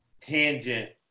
tangent